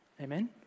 Amen